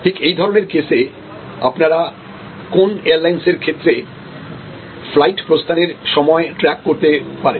ঠিক একই ধরনের কেসে আপনারা কোন এয়ারলাইন্সের ক্ষেত্রে ফ্লাইটের প্রস্থানের সময় ট্র্যাক করতে পারেন